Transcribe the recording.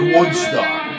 Woodstock